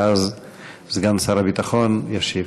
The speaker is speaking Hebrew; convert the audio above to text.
ואז סגן שר הביטחון ישיב.